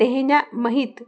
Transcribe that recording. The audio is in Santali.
ᱛᱮᱦᱮᱧᱟᱜ ᱢᱟᱹᱦᱤᱛ